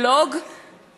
אז לאיפה מביאים את זה?